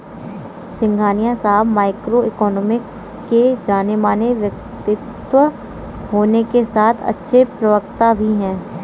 सिंघानिया साहब micro economics के जानेमाने व्यक्तित्व होने के साथ अच्छे प्रवक्ता भी है